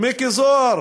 מכלוף זוהר.